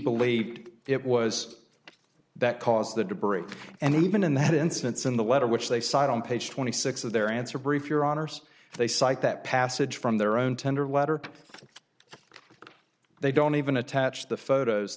believed it was that caused the debris and even in that instance in the letter which they cite on page twenty six of their answer brief your honour's they cite that passage from their own tender letter they don't even attach the photos